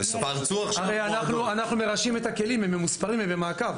הרי אנחנו מרשים את הכלים, הם ממוספרים והם במעקב.